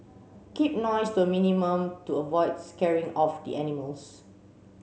keep noise to a minimum to avoid scaring off the animals